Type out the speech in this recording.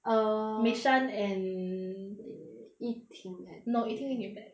err mishan and eh yi ting and no yi ting 也有 black